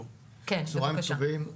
טוב, צהריים טובים,